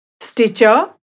Stitcher